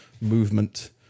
movement